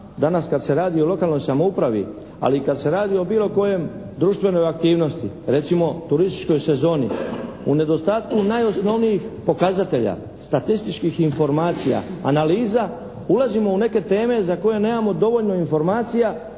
danas kad se radi o lokalnoj samoupravi ali i kad se radi o bilo kojoj društvenoj aktivnosti, recimo turističkoj sezonu u nedostatku najosnovnijih pokazatelja, statističkih informacija, analiza ulazimo u neke teme za koje nemamo dovoljno informacija